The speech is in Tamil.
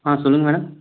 ஆ சொல்லுங்கள் மேடம்